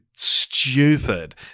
stupid